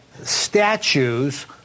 statues